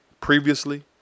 previously